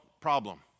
problem